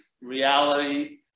reality